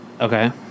Okay